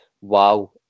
wow